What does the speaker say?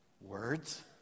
Words